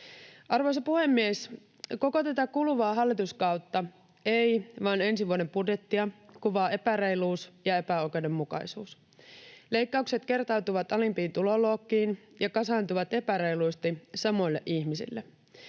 Arvoisa puhemies! Koko tätä kuluvaa hallituskautta, ei vain ensi vuoden budjettia, kuvaa epäreiluus ja epäoikeudenmukaisuus. Leikkaukset kertautuvat alimpiin tuloluokkiin ja kasaantuvat epäreilusti samoille ihmisille.